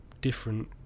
different